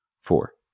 four